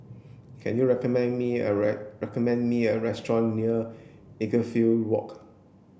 can you recommend me a recommend me a restaurant near Edgefield Walk